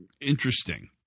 interesting